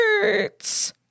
hurts